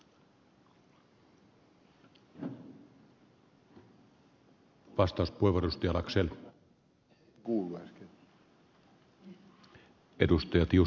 kysyin ed